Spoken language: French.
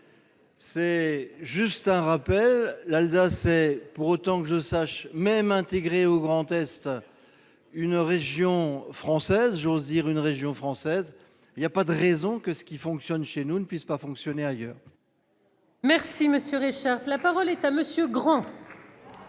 C'est juste un rappel, l'Alsace et pour autant que je sache même intégré au Grand-Est une région française, j'ose dire, une région française, il y a pas de raison que ce qui fonctionne chez nous, ne puisse pas fonctionné ailleurs. Merci, Monsieur Richard, la parole est à monsieur Grand.